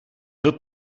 byl